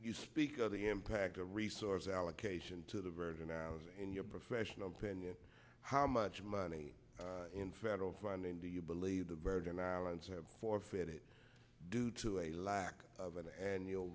you speak of the impact of resource allocation to the virgin islands in your professional opinion how much money in federal funding do you believe the virgin islands have forfeited due to a lack of an annual